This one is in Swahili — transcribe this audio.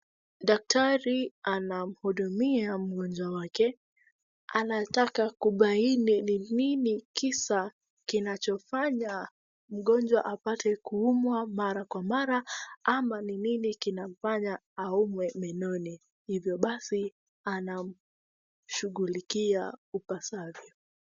Daktari anamhudumia mgonjwa wake anataka kubahini ni nini kisa kinachofanya mgonjwa kupata kuumwa mara wa mara ama ni nini kinamfanya aumwe miunoni hivyo basi anamshughulikia ipasavyo